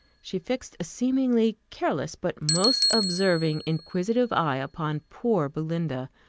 she fixed a seemingly careless, but most observing, inquisitive eye upon poor belinda.